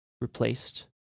replaced